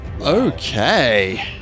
Okay